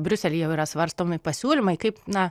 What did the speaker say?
briuselyje jau yra svarstomi pasiūlymai kaip na